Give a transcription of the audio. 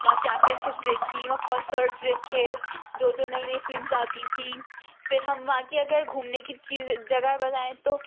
وہاں championships دیکھی وہاں کونسورس دیکھے جو جو نئی نئی فلمز آتی تھیں پھر ہم وہاں کی اگر گھومنے کی چیز جگہ بتائیں تو